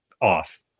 Off